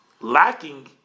lacking